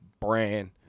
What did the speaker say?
brand